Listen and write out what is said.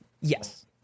Yes